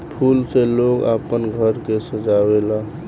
फूल से लोग आपन घर के सजावे ला